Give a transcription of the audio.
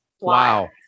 Wow